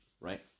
Right